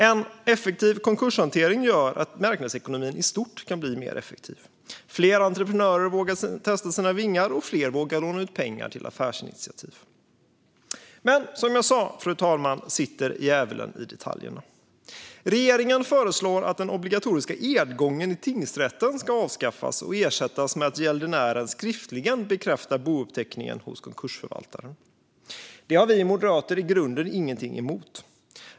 En effektiv konkurshantering gör att marknadsekonomin i stort kan bli mer effektiv. Fler entreprenörer vågar testa sina vingar, och fler vågar låna ut pengar till affärsinitiativ. Fru talman! Som jag sa sitter djävulen i detaljerna. Regeringen föreslår att den obligatoriska edgången i tingsrätten ska avskaffas och ersättas med att gäldenären skriftligen bekräftar bouppteckningen hos konkursförvaltaren. Det har vi moderater i grunden ingenting emot.